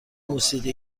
موسیقی